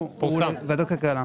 בוועדת הכלכלה.